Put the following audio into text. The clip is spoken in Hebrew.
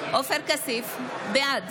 כסיף, בעד